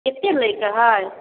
कतेक लैके हइ